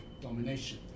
domination